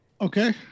Okay